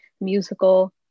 musical